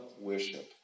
worship